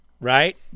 right